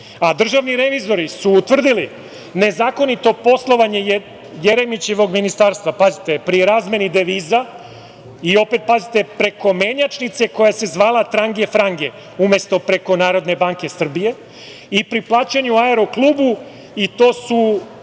Državni revizori su utvrdili nezakonito poslovanje Jeremićevog ministarstva, pazite, pri razmeni deviza i, opet pazite, preko menjačnice koja se zvala „Trange frange“, umesto preko Narodne banke Srbije, i pri plaćanju aero-klubu, i to su